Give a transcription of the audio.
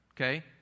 Okay